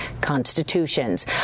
constitutions